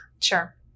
Sure